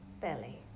belly